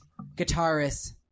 guitarist